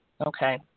Okay